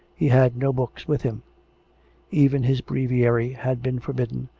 he had no books with him even his breviary had been for bidden,